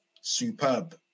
superb